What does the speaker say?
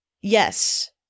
yes